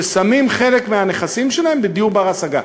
ששמים חלק מהנכסים שלהם בדיור בר-השגה.